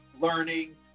learning